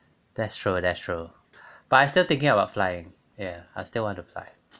that's true that's true but I still thinking about flying ya I still want to fly